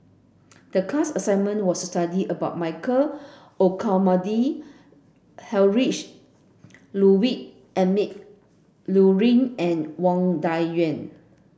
the class assignment was to study about Michael Olcomendy Heinrich Ludwig Emil Luering and Wang Dayuan